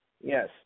Yes